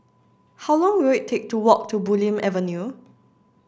how long will it take to walk to Bulim Avenue